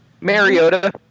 Mariota